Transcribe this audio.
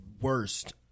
worst